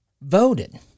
voted